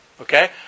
Okay